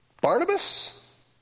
Barnabas